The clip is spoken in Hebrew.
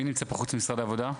מי נמצא פה חוץ ממשרד העבודה?